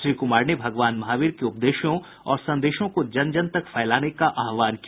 श्री कुमार ने भगवान महावीर के उपदेशों और संदेशों को जन जन तक फैलाने का आहवान किया